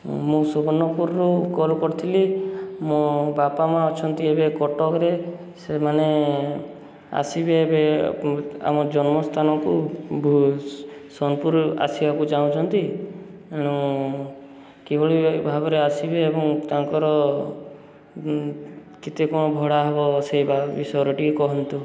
ମୁଁ ସୁବର୍ଣ୍ଣପୁରରୁ କଲ୍ କରିଥିଲି ମୋ ବାପା ମାଆ ଅଛନ୍ତି ଏବେ କଟକରେ ସେମାନେ ଆସିବେ ଏବେ ଆମ ଜନ୍ମସ୍ଥାନକୁ ସୋନପୁର ଆସିବାକୁ ଚାହୁଁଛନ୍ତି ଏଣୁ କିଭଳି ଭାବରେ ଆସିବେ ଏବଂ ତାଙ୍କର କେତେ କ'ଣ ଭଡ଼ା ହବ ସେଇ ବିଷୟରେ ଟିକେ କୁହନ୍ତୁ